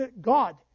God